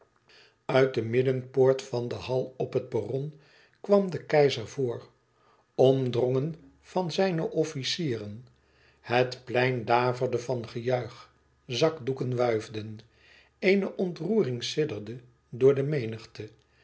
uit de middenpoort van den hall op het perron kwam de keizer voor omdrongen van zijne officieren het plein daverde van gejuich zakdoeken wuifden eene ontroering sidderde door de menigte